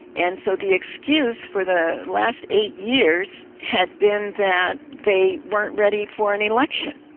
and so the excuse for the last eight years has been that they weren't ready for an election.